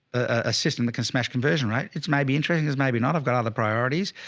a system that can smash conversion, right? it's maybe interesting cause maybe not, i've got other priorities.